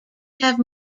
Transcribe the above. have